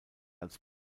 als